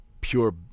pure